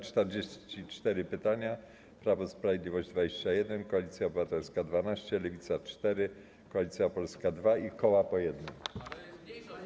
44 pytania, Prawo i Sprawiedliwość - 21, Koalicja Obywatelska - 12, Lewica - 4, Koalicja Polska - 2 i koła po 1.